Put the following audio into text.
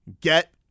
Get